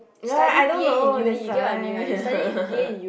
right I don't know that's why